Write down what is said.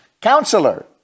counselor